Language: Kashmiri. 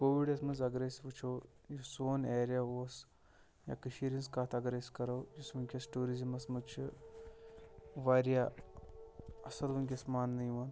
کووِڈَس منٛز اَگر أسۍ وٕچھو یُس سون ایریا اوس یا کٔشیٖرِ ہِنٛز کَتھ اَگر أسۍ کَرو یُس وٕنۍکٮ۪س ٹوٗرِزِمَس منٛز چھُ واریاہ اَصٕل وٕنۍکٮ۪س مانٛنہٕ یِوان